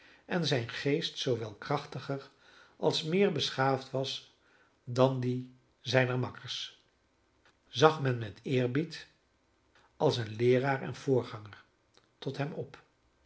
en zijn geest zoowel krachtiger als meer beschaafd was dan die zijner makkers zag men met eerbied als een leeraar en voorganger tot hem op